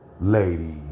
Lady